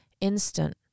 instant